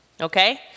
Okay